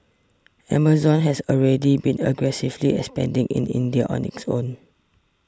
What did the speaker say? Amazon has already been aggressively expanding in India on its own